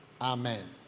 Amen